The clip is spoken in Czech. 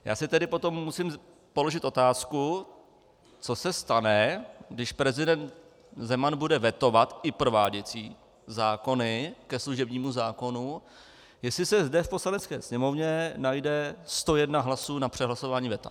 Já si tedy potom musím položit otázku, co se stane, když prezident Zeman bude vetovat i prováděcí zákony ke služebnímu zákonu, jestli se zde v Poslanecké sněmovně najde 101 hlasů na přehlasování veta.